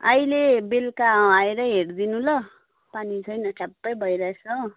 अहिले बेलुका अँ आएरै हेरिदिनु ल पानी छैन ठ्याप्पै भइरहेछ हो